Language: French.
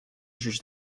juge